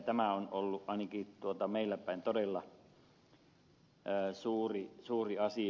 tämä on ollut ainakin meillä päin todella suuri asia